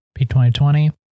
P2020